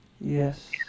Yes